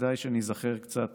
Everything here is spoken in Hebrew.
כדאי שניזכר קצת